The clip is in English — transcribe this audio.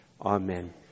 Amen